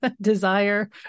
desire